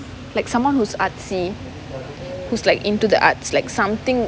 like someone who's artsy who's like into the arts like something